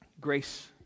Grace